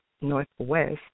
Northwest